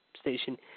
station